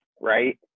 right